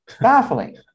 Baffling